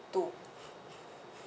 two